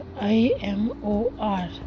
I-M-O-R